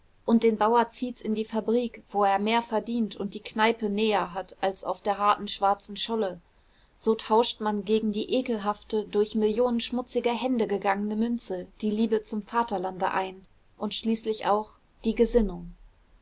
und den bauer zieht's in die fabrik wo er mehr verdient und die kneipe näher hat als auf der harten schwarzen scholle so tauscht man gegen die ekelhafte durch millionen schmutziger hände gegangene münze die liebe zum vaterlande ein und schließlich auch die gesinnung